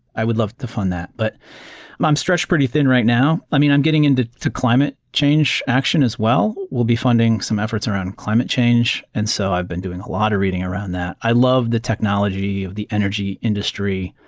i would love to fund that. but i'm i'm stretched pretty thin right now. i mean, i'm getting into climate change action as well. we'll be funding some efforts around climate change. and so i've been doing a lot of reading around that. i love the technology of the energy industry.